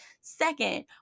Second